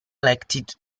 elected